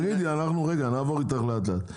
נעבור איתך לאט-לאט.